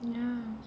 ya